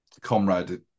Comrade